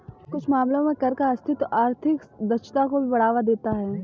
कुछ मामलों में कर का अस्तित्व आर्थिक दक्षता को भी बढ़ावा देता है